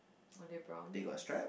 are they brown hairs